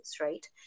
right